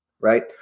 right